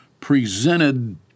presented